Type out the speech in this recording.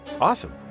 Awesome